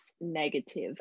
negative